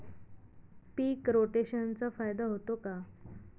पीक रोटेशनचा फायदा होतो का?